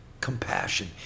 compassion